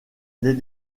les